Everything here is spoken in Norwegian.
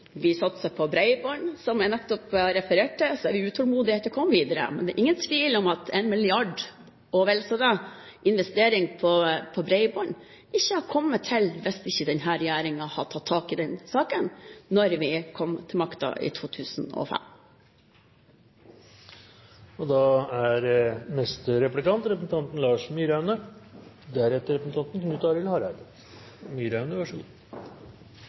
Vi satser på bredbånd, og som jeg nettopp har referert til, er vi utålmodig etter å komme videre. Men det er ingen tvil om at 1 mrd. kr og vel så det i investering på bredbånd ikke hadde kommet til hvis ikke denne regjeringen hadde tatt tak i denne saken da vi kom til makten i 2005. Representanten Nordås, som god senterpartirepresentant, var veldig opptatt av at vi skal ha utvikling i distriktene, og det skjønner jeg godt. Det er